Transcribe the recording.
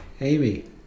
Amy